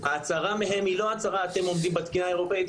ההצהרה מהם היא לא הצהרה: אתם עומדים בתקינה האירופית.